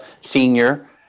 senior